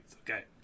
okay